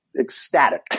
ecstatic